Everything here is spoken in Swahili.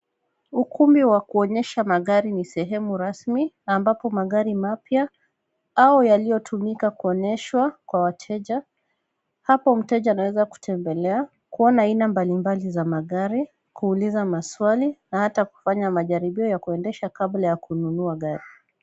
Ukumbi wa kuonyesha magari ni sehemu rasmi na ambapo magari mapya au yaliyotumika kuonyeshwa kwa wateja. Hapo mteja anaweza kutembelea kuona aina mbalimbali za magari, kuuliza maswali na hata kufanya majaribio ya kuendesha kabla ya kununua gari.